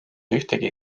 ühtegi